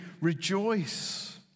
rejoice